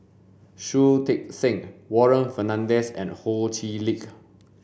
Shui Tit Sing Warren Fernandez and Ho Chee Lick